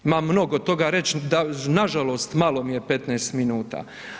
Imam mnogo toga za reći, nažalost malo mi je 15 minuta.